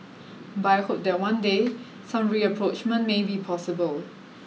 but I hope that one day some rapprochement may be possible